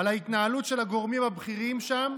על התנהלות של הגורמים הבכירים שם.